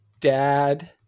dad